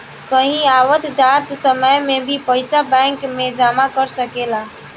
कहीं आवत जात समय में भी पइसा बैंक में जमा कर सकेलऽ